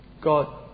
God